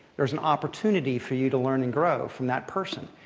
there's an opportunity for you to learn and grow from that person,